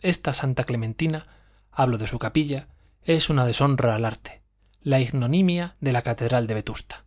esta santa clementina hablo de su capilla es una deshonra del arte la ignominia de la catedral de vetusta